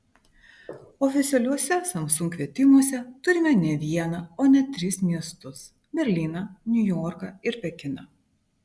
oficialiuose samsung kvietimuose turime ne vieną o net tris miestus berlyną niujorką ir pekiną